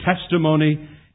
testimony